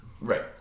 Right